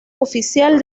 oficial